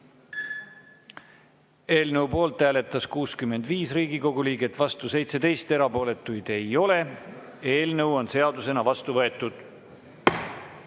Eelnõu poolt hääletas 65 Riigikogu liiget, vastu [15], erapooletuid ei ole. Eelnõu on seadusena vastu võetud.